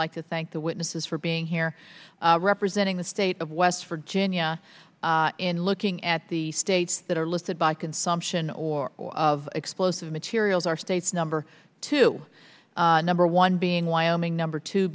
like to thank the witnesses for being here representing the state of west virginia in looking at the states that are listed by consumption or of explosive materials our state's number two number one being wyoming number two